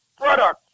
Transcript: product